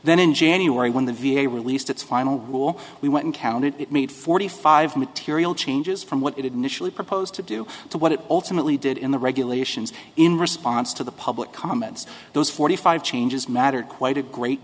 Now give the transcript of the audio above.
then in january when the v a released its final rule we went and counted it made forty five material changes from what it initially proposed to do to what it ultimately did in the regulations in response to the public comments those forty five changes mattered quite a great